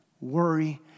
worry